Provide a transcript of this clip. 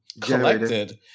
collected